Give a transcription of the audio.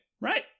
right